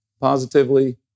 positively